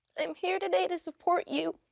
i'm here today to support you,